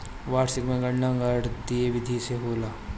वार्षिकी के गणना गणितीय विधि से होला